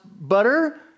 butter